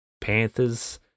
Panthers